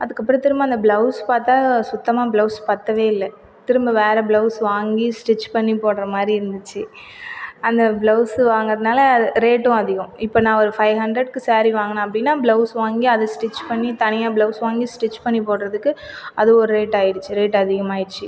அதுக்கப்புறம் திரும்ப அந்த ப்ளவுஸ் பார்த்தா சுத்தமாக ப்ளவுஸ் பற்றவே இல்லை திரும்ப வேற ப்ளவுஸ் வாங்கி ஸ்டிட்ச் பண்ணி போடுற மாதிரி இருந்துச்சு அந்த ப்ளவுஸு வாங்கிறதுனால ரேட்டும் அதிகம் இப்போ நான் ஒரு ஃபைவ் ஹண்ரட்க்கு சாரீ வாங்குனன் அப்படின்னா ப்ளவுஸ் வாங்கி அதை ஸ்டிட்ச் பண்ணி தனியா ப்ளவுஸ் வாங்கி ஸ்டிட்ச் பண்ணி போடுகிறதுக்கு அது ஒரு ரேட்டாயிடுச்சி ரேட் அதிகமாயிடுச்சு